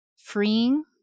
freeing